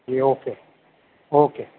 G okay okay